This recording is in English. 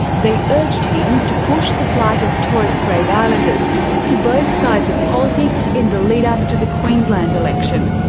they urged him to push the plight of torres strait islanders to both sides of politics in the lead-up to the queensland election.